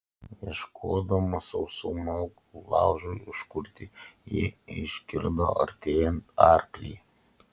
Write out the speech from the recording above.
ieškodama sausų malkų laužui užkurti ji išgirdo artėjant arklį